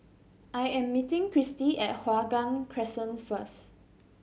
I am meeting Christi at Hua Guan Crescent first